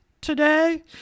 today